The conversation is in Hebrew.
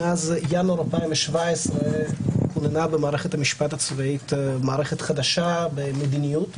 מאז ינואר 2017 כוננה במערכת המשפט הצבאית מערכת חדשה במדיניות.